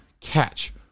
catch